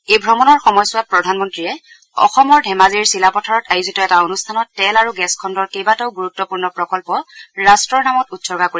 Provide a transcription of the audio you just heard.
এই ভ্ৰমণৰ সময়ছোৱাত প্ৰধানমন্ত্ৰীয়ে অসমৰ ধেমাজিৰ চিলাপথাৰত আয়োজিত এটা অনষ্ঠানত তেল আৰু গেছ খণ্ডৰ কেইবাটাও গুৰুতপূৰ্ণ প্ৰকল্প ৰাট্টৰ নামত উৎসৰ্গা কৰিব